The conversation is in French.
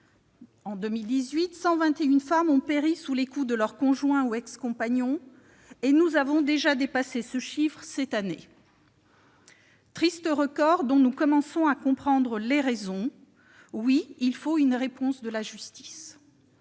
En 2018, 121 femmes ont péri sous les coups de leur conjoint ou ex-compagnon. Nous avons déjà dépassé ce chiffre cette année : triste record, dont nous commençons à comprendre les raisons. Oui, il faut une réponse de la justice,